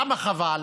למה חבל?